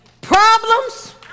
Problems